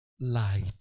light